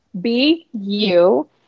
B-U-